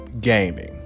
gaming